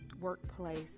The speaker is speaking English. workplace